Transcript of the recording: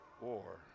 war